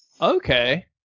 okay